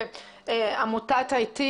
עמותות עתים,